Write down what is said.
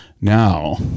now